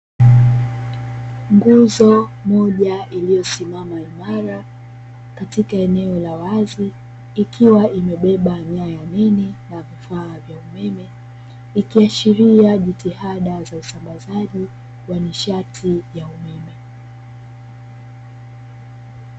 Nguzo moja iliyosimama imara katika eneo la wazi ikiwa imebeba nyaya nene na vifaa vya umeme, ikiashiria jitihada za usambazaji wa nishati ya umeme.